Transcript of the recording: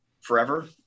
forever